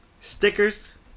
Stickers